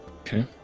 okay